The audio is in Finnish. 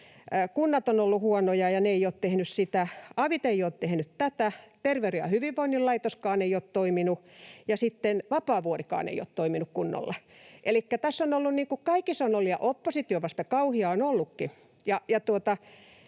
kunnat ovat olleet huonoja ja ne eivät ole tehneet sitä, avit eivät ole tehneet tätä, Terveyden ja hyvinvoinnin laitoskaan ei ole toiminut, ja Vapaavuorikaan ei ole toiminut kunnolla. Elikkä tässä on ollut kaikessa... Ja oppositio vasta kauhea on ollutkin.